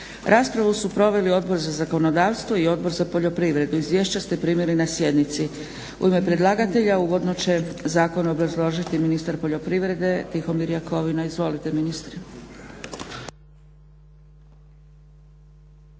Raspravu su proveli Odbor za zakonodavstvo i Odbor za poljoprivredu. Izvješća ste primili na sjednici. U ime predlagatelja uvodno će zakon obrazložiti ministar poljoprivrede Tihomir Jakovina. Izvolite ministre.